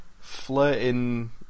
flirting